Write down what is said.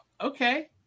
Okay